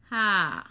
!huh!